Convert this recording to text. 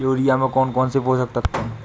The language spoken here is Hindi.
यूरिया में कौन कौन से पोषक तत्व है?